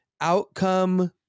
outcome